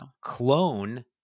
clone